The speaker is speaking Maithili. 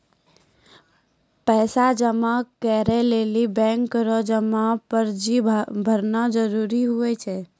पैसा जमा करै लेली बैंक रो जमा पर्ची भरना जरूरी हुवै छै